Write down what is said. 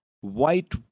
white